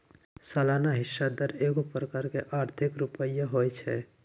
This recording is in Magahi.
सलाना हिस्सा दर एगो प्रकार के आर्थिक रुपइया होइ छइ